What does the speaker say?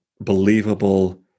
believable